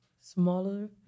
smaller